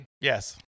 Yes